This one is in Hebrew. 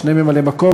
שני ממלאי-מקום,